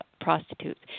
prostitutes